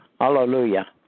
Hallelujah